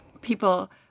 people